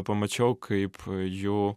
pamačiau kaip jų